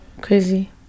crazy